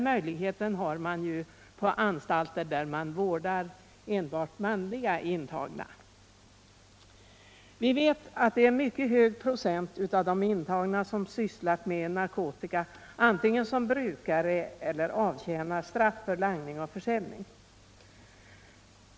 Möjlighet härtill har man ju på anstalter med enbart manliga intagna. Vi vet att det ären mycket hög procent av de intagna som sysslat med narkotika antingen som brukare eller som langare och försäljare.